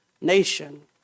nation